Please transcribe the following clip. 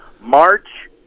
March